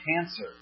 cancer